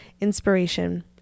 inspiration